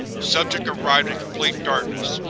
subject arrived in complete darkness,